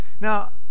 Now